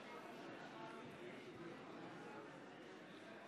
להלן תוצאות